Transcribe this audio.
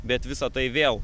bet visa tai vėl